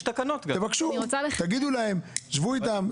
תבקשו, תגידו להם, תשבו איתם.